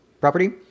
property